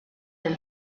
del